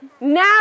Now